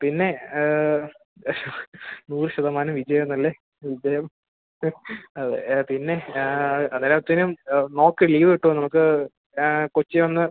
പിന്നെ നൂറ് ശതമാനം വിജയം എന്നല്ലേ വിജയം അതെ പിന്നെ നോക്ക് ലീവ് കിട്ടുമോ എന്ന് നോക്ക് കൊച്ചി വന്ന്